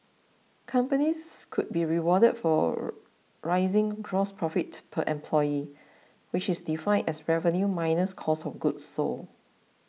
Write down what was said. companies could be rewarded for rising gross profit per employee which is defined as revenue minus cost of goods sold